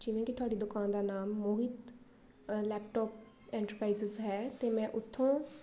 ਜਿਵੇਂ ਕਿ ਤੁਹਾਡੀ ਦੁਕਾਨ ਦਾ ਨਾਮ ਮੋਹਿਤ ਲੈਪਟੋਪ ਇੰਟਰਪ੍ਰਾਈਸਸ ਹੈ ਅਤੇ ਮੈਂ ਉੱਥੋਂ